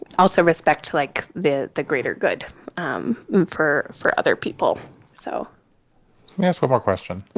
also respect like the the greater good um for for other people so that's one more question.